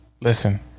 Listen